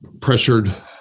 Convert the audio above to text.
pressured